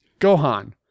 Gohan